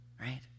right